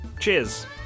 Cheers